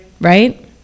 right